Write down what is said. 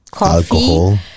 Alcohol